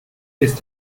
ist